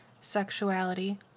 sexuality